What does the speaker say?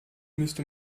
müsste